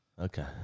Okay